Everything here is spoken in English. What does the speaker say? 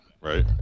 right